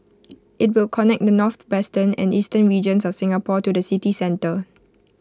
IT will connect the northwestern and eastern regions of Singapore to the city centre